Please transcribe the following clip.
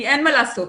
כי אין מה לעשות,